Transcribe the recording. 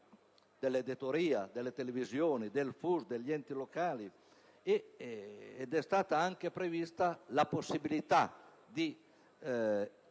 dell'editoria, delle televisioni, del FUS, degli enti locali, ed è stata prevista la possibilità di